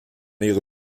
ihre